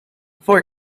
for